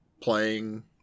playing